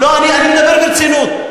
לא, אני מדבר ברצינות.